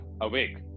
awake